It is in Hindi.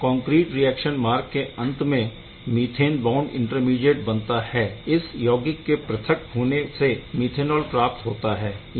यहाँ कॉनक्रीट रिएक्शन मार्ग के अंत में मीथेन बाउण्ड इंटरमीडीएट बनता है इस यौगिक के पृथक होने से मीथेनॉल प्राप्त होता है